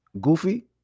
Goofy